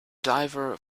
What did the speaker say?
diver